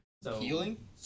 Healing